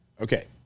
Okay